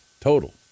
total